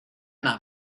not